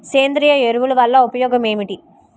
సేంద్రీయ ఎరువుల వల్ల ఉపయోగమేమిటీ?